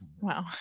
Wow